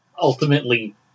ultimately